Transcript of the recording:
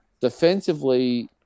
defensively